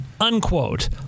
unquote